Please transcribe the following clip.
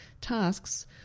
tasks